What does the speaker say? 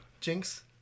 Jinx